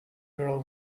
girl